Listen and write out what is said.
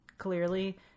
clearly